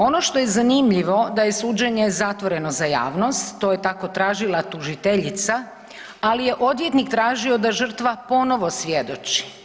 Ono što je zanimljivo da je suđenje zatvoreno za javnost, to je tako tražila tužiteljica, ako je odvjetnik tražio da žrtva ponovo svjedoči.